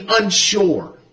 unsure